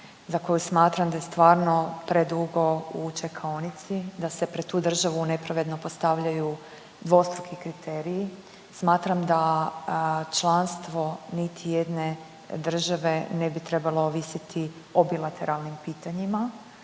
za koju smatram da je stvarno predugo u čekaonici, da se pred tu državu nepravedno postavljaju dvostruku kriteriji. Smatram da članstvo niti jedne države ne bi trebalo ovisiti o bilateralnim pitanjima